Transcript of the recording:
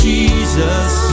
Jesus